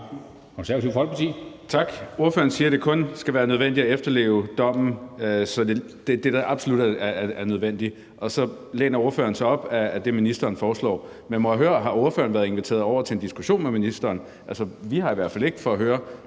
Knuth (KF): Tak. Ordføreren siger, at det kun skal være nødvendigt at efterleve dommen, så vidt det absolut er nødvendigt, og så læner ordføreren sig op ad det, ministeren foreslår. Men må jeg høre: Har ordføreren været inviteret over til en diskussion med ministeren for at høre, hvad der er